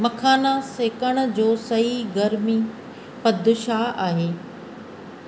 मखाना सेकणु जो सही गर्मी पदु छा आहे